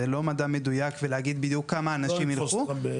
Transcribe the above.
זה לא מדע מדויק ולהגיד בדיוק כמה אנשים ילכו.